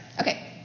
Okay